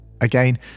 Again